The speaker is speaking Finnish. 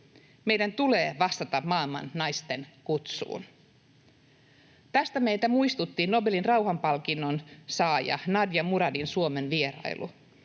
Meidän tulee vastata maailman naisten kutsuun — tästä meitä muistutti Nobelin rauhanpalkinnon saajan Nadia Muradin Suomen-vierailu.